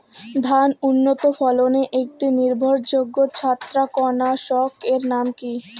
ধান উন্নত ফলনে একটি নির্ভরযোগ্য ছত্রাকনাশক এর নাম কি?